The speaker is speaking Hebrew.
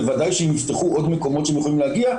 וודאי שאם יפתחו עוד מקומות שהן יכולות להגיע,